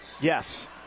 Yes